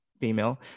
female